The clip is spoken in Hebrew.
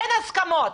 אין הסכמות.